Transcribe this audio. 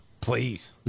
Please